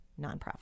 Nonprofit